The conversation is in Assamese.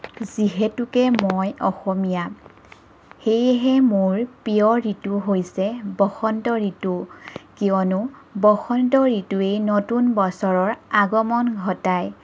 যিহেতুকে মই অসমীয়া সেয়েহে মোৰ প্ৰিয় ঋতু হৈছে বসন্ত ঋতু কিয়নো বসন্ত ঋতুয়েই নতুন বছৰৰ আগমন ঘটায়